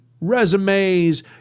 resumes